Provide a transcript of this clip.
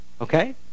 Okay